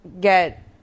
get